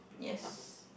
yes